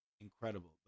incredible